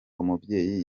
umubyeyi